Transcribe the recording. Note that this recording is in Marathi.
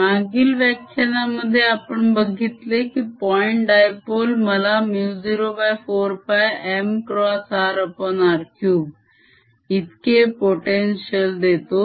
मागील व्याख्यानामध्ये आपण बघितले कि point dipole मला μ04πr3 इतके potential देतो